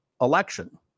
election